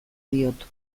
diot